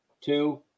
two